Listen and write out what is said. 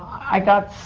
i got.